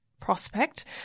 prospect